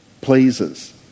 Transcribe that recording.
pleases